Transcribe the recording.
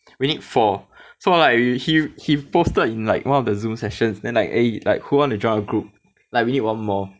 we need four so like he he posted in like one of the Zoom sessions then like eh who wants to join our group we need one more